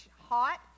hot